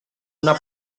una